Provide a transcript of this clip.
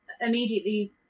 immediately